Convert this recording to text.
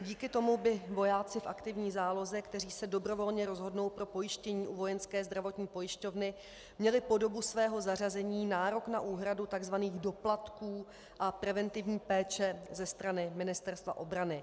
Díky tomu by vojáci v aktivní záloze, kteří se dobrovolně rozhodnou pro pojištění u Vojenské zdravotní pojišťovny, měli po dobu svého zařazení nárok na úhradu takzvaných doplatků a preventivní péče ze strany Ministerstva obrany.